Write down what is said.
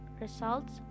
results